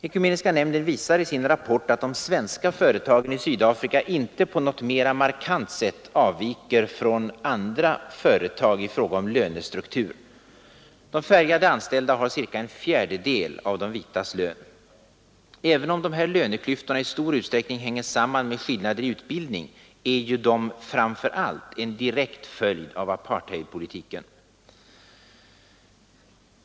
Ekumeniska nämnden visar i sin rapport att de svenska företagen i Sydafrika inte på något mera markant sätt avviker från andra företag i fråga om lönestruktur. De färgade anställda får cirka en fjärdedel av de vitas lön. Även om dessa löneklyftor i stor utsträckning hänger samman med skillnader i utbildning är de framför allt en direkt följd av apartheidpolitiken.